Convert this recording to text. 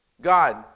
God